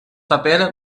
paper